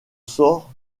sort